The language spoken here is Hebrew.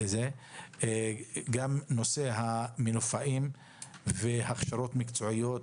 גם נושא המנופאים והכשרות מקצועיות,